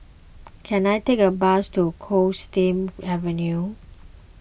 can I take a bus to Coldstream Avenue